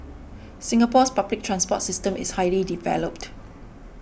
Singapore's public transport system is highly developed